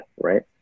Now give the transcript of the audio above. right